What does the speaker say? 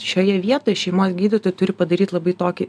šioje vietoj šeimos gydytojai turi padaryt labai tokį